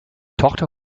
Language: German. tochter